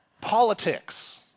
Politics